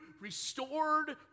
restored